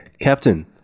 Captain